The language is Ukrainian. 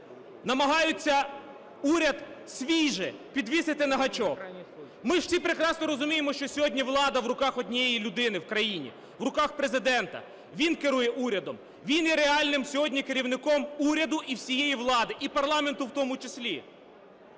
намагаються уряд свій же підвісити на гачок. Ми ж всі прекрасно розуміємо, що сьогодні влада в руках однієї людини в країні – в руках Президента. Він керує урядом, він є реальним сьогодні керівником уряду і всієї влади, і парламенту у тому числі.